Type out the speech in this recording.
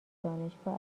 دانشگاه